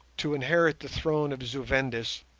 to inherit the throne of zu-vendis,